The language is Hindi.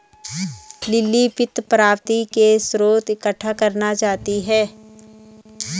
लिली वित्त प्राप्ति के स्रोत इकट्ठा करना चाहती है